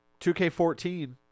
2K14